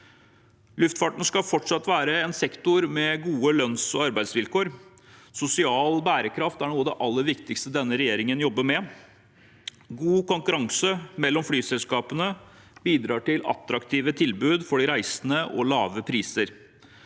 Luftfarten skal fortsatt være en sektor med gode lønns- og arbeidsvilkår. Sosial bærekraft er noe av det aller viktigste denne regjeringen jobber med. God konkurranse mellom flyselskapene bidrar til attraktive tilbud for de reisende og lave priser.